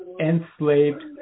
enslaved